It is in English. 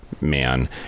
man